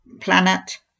planet